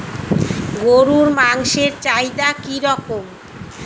গরুর মাংসের চাহিদা কি রকম?